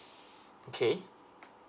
okay